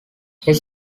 his